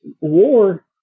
War